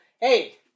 hey